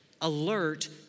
Alert